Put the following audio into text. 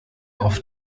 oft